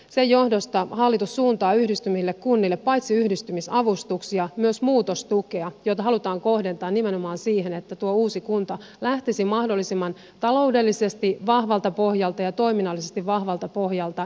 sen johdosta hallitus suuntaa yhdistyville kunnille paitsi yhdistymisavustuksia myös muutostukea jota halutaan kohdentaa nimenomaan siihen että tuo uusi kunta lähtisi ensiaskelista alkaen eteenpäin taloudellisesti ja toiminnallisesti mahdollisimman vahvalta pohjalta